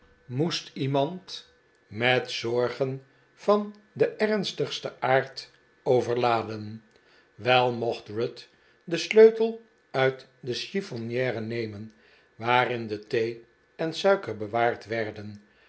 moest iemand met zorgeh van den ernstigsten aard overladen wel mocht ruth den sleutel uit de chiffonniere nemen waarin de thee en suiker bewaard werden